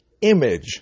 image